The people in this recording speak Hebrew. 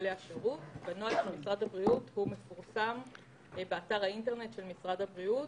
והנוהל של משרד הבריאות מפורסם באתר האינטרנט של משרד הבריאות.